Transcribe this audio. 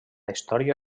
història